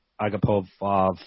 Agapov